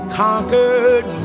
conquered